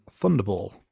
Thunderball